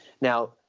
now